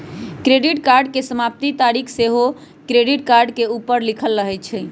credit card के समाप्ति तारिख सेहो क्रेडिट कार्ड के ऊपर लिखल रहइ छइ